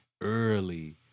early